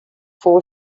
fou